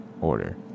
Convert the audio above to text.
order